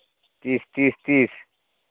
ᱛᱤᱥ ᱛᱤᱥ ᱛᱤᱥ